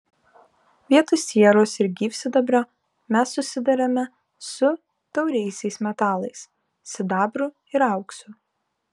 vietoj sieros ir gyvsidabrio mes susiduriame su tauriaisiais metalais sidabru ir auksu